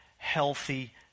healthy